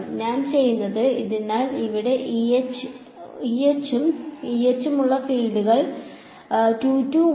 ഞാൻ ചെയ്യുന്നത് അതിനാൽ ഇവിടെ E H ഉം E H ഉം ഉള്ള ഫീൽഡുകൾ 22 11